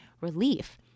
relief